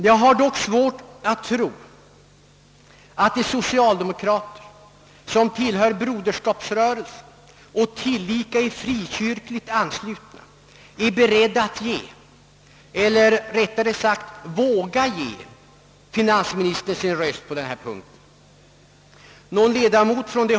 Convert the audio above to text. Jag har dock svårt att tro att de socialdemokrater, som tillhör broderskapsrörelsen och som är frikyrkligt anslutna, är beredda att ge eller — rättare sagt — vågar ge finansministern sitt stöd på denna punkt.